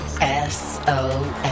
S-O-S